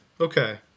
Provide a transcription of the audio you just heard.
Okay